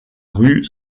rue